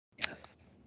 Yes